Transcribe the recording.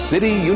City